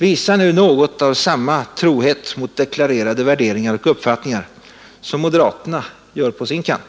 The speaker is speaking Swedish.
Visa nu något av samma trohet mot deklarerade värderingar och uppfattningar som moderaterna gör på sin kant.